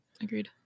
agreed